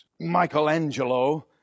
Michelangelo